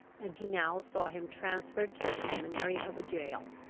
and he now saw him transferred to the seminary of a gaol.